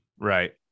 Right